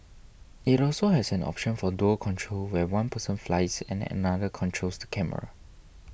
it also has an option for dual control where one person flies and another controls the camera